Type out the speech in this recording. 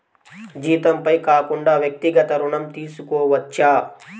జీతంపై కాకుండా వ్యక్తిగత ఋణం తీసుకోవచ్చా?